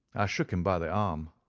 i shook him by the arm,